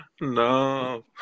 No